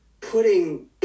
putting